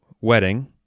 wedding